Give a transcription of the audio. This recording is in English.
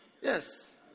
Yes